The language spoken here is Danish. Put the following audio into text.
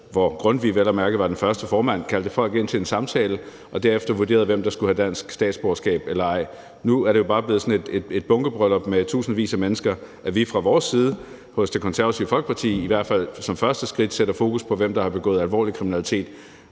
hvor Grundtvig vel at mærke var den første formand, kaldte folk ind til en samtale og derefter vurderede, hvem der skulle have dansk statsborgerskab, og hvem der ikke skulle. Nu er det jo bare blevet sådan et bunkebryllup med tusindvis af mennesker, så vi fra vores side, hos Det Konservative Folkeparti, i hvert fald som første skridt sætter fokus på, hvem der har begået alvorlig kriminalitet.